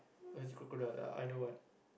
or is it crocodile either one